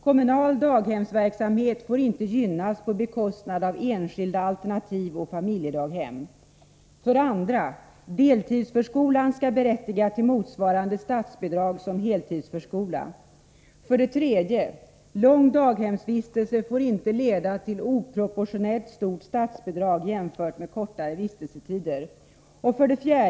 Kommunal daghemsverksamhet får inte gynnas på bekostnad av enskilda alternativ och familjedaghem. 3. Lång daghemsvistelse får inte leda till ett oproportionellt stort statsbidrag jämfört med kortare vistelsetider.